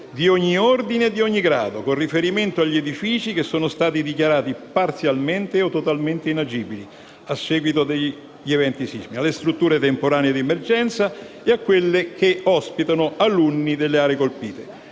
di ogni ordine e grado, con riferimento agli edifici che sono stati dichiarati parzialmente o totalmente inagibili a seguito degli eventi sismici, alle strutture temporanee di emergenza e a quelle che ospitano alunni delle aree colpite.